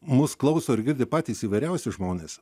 mūsų klauso ir girdi patys įvairiausi žmonės